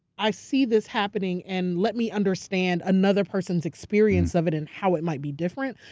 i see this happening and let me understand another person's experience of it and how it might be different.